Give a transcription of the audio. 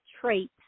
traits